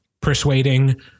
persuading